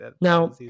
now